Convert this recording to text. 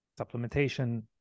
supplementation